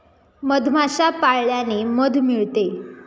मधमाश्या पाळल्याने मध मिळते